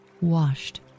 washed